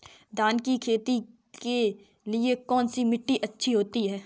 धान की खेती के लिए कौनसी मिट्टी अच्छी होती है?